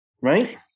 Right